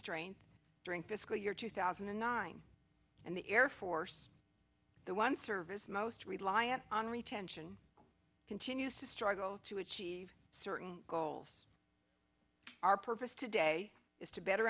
strength during fiscal year two thousand and nine and the air force the one service most reliant on retention continues to struggle to achieve certain goals our purpose today is to better